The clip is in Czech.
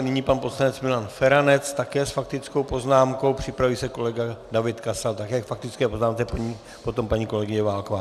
Nyní pan poslanec Milan Feranec také s faktickou poznámkou, připraví se kolega David Kasal také k faktické poznámce, potom paní kolegyně Válková.